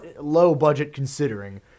low-budget-considering